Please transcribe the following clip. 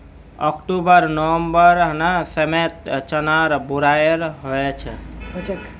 October नवंबरेर समयत चनार बुवाई हछेक